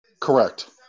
correct